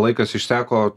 laikas išseko